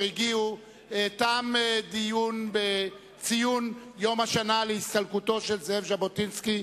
תם ציון יום השנה להסתלקותו של זאב ז'בוטינסקי.